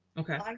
okay. like